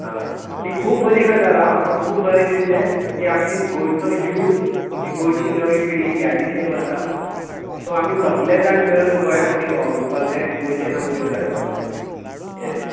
आं ही खूब बरी गजाल आं म्हाका खूब बरें दिसलें की आमची गोंयचो यूथ आमची गोंयची नवी पिढी ह्या दिशेन वता सो आमी सगळे जाण मेळून गोंया खातीर वावुरपाक जाय आनी गोंयचें नांव वयर काडपाक काडय येस